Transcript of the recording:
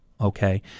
okay